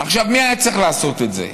עכשיו, מי היה צריך לעשות את זה,